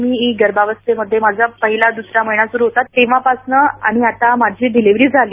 मी गर्भावस्थेतील माझा पहिला दुसरा महिना सुरू होता तेव्हापासून आता माझी डिलिवरी झाली